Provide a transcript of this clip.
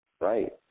right